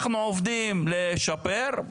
אנחנו עובדים לשפר,